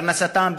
בפרנסתם,